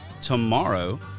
tomorrow